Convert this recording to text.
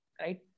right